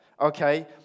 okay